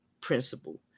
principle